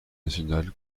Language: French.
national